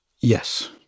Yes